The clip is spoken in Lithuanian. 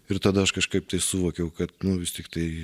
ir tada aš kažkaip tai suvokiau kad vis tiktai